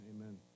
Amen